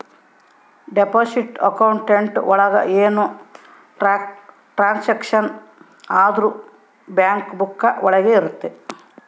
deposit account ಒಳಗ ಏನೇ transaction ಆದ್ರೂ ಬ್ಯಾಂಕ್ ಬುಕ್ಕ ಒಳಗ ಇರುತ್ತೆ